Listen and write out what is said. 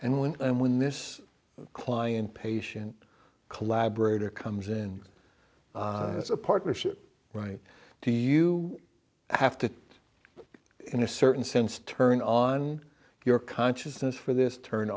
and when and when this client patient collaborator comes in as a partnership right do you have to in a certain sense turn on your consciousness for this turn